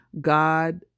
god